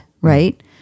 Right